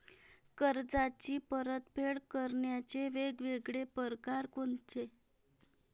कर्जाची परतफेड करण्याचे वेगवेगळ परकार कोनचे?